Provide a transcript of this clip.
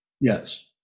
Yes